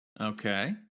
Okay